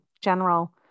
general